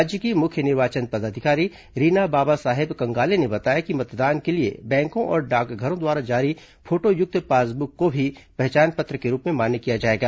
राज्य की मुख्य निर्वाचन पदाधिकारी रीना बाबा साहेब कंगाले ने बताया कि मतदान के लिए बैंकों और डाकघरों द्वारा जारी फोटोयुक्त पासबुक को भी पहचान पत्र के रूप में मान्य किया जाएगा